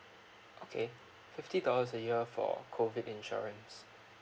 okay fifty dollars a year for COVID insurance